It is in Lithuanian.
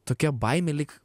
tokia baimė lyg